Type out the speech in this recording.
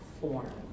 form